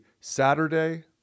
Saturday